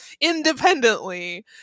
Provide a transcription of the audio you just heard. independently